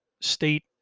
state